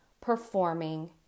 performing